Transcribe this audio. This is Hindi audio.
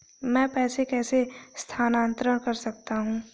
मैं पैसे कैसे स्थानांतरण कर सकता हूँ?